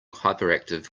hyperactive